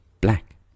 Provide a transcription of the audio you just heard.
black